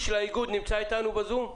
בבקשה,